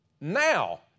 Now